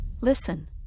Listen